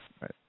Right